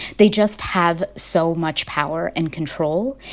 they just have so much power and control.